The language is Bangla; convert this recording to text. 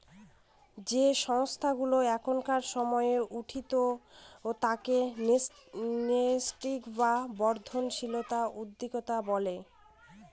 যে সংস্থাগুলা এখনকার সময় উঠতি তাকে ন্যাসেন্ট বা বর্ধনশীল উদ্যোক্তা বলে